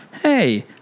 hey